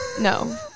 No